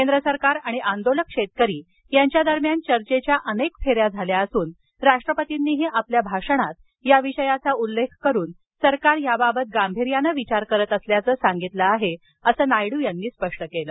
केंद्रसरकार आणि आंदोलक शेतकरी यांच्या दरम्यान चर्चेच्या अनेक फेऱ्या झाल्या असून राष्ट्रपर्तींनीही आपल्या भाषणात या विषयाचा उल्लेख करून सरकार याबाबत गांभीर्यानं विचार करत असल्याचं सांगितलं आहे असं त्यांनी स्पष्ट केलं